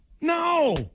No